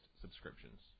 subscriptions